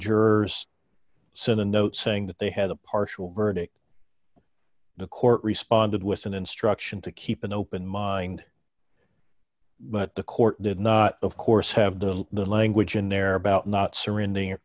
jurors saw in a note saying that they had a partial verdict in a court responded with an instruction to keep an open mind but the court did not of course have the language in there about not surrendering